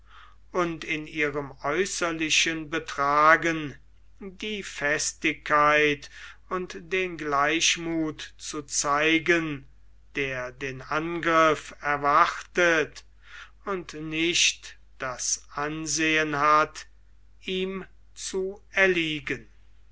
und in ihrem äußerlichen betragen die festigkeit und den gleichmuth zu zeigen der den angriff erwartet und nicht das ansehen hat ihm zu erliegen